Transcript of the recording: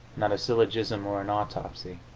not a syllogism or an autopsy.